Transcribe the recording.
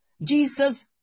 Jesus